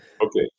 Okay